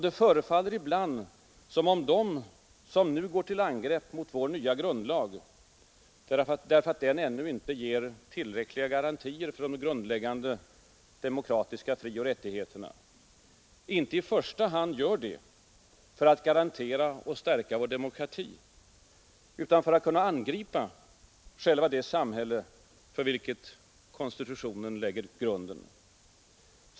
Det förefaller ibland som om en del av dem som nu går till angrepp mot vår nya grundlag, därför att den ännu inte ger tillräckliga garantier för de grundläggande demokratiska frioch rättigheterna, inte i första hand gör detta för att garantera och stärka vår demokrati utan för att kunna angripa själva det samhälle för vilket konstitutionen lägger grunden.